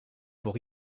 pour